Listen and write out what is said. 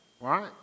right